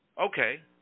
okay